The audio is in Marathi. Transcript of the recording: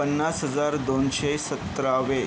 पन्नास हजार दोनशे सतरावे